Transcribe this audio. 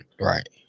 Right